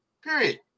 Period